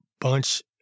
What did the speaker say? bunch